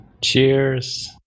Cheers